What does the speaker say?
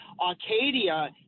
Arcadia